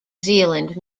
zealand